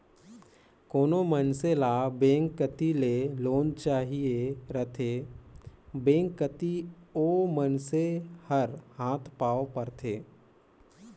कोनो मइनसे ल बेंक कती ले लोन चाहिए रहथे बेंक कती ओ मइनसे हर हाथ पांव मारथे